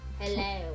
Hello